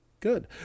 Good